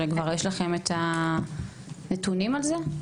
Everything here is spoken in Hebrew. כבר יש לכם כבר את הנתונים על זה?